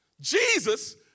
Jesus